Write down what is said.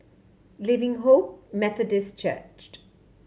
Living Hope Methodist Church